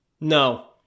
No